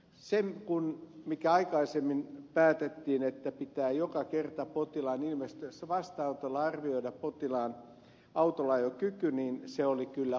se mikä aikaisemmin päätettiin että pitää joka kerta potilaan ilmestyessä vastaanotolle arvioida potilaan autolla ajokyky oli kyllä huti